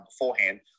beforehand